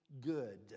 good